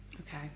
Okay